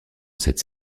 cette